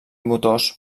motors